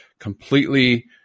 completely